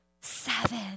Seven